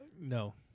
no